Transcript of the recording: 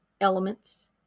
elements